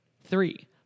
Three